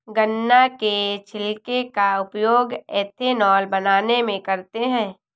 गन्ना के छिलके का उपयोग एथेनॉल बनाने में करते हैं